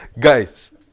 Guys